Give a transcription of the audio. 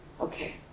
Okay